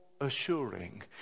assuring